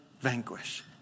vanquish